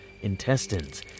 intestines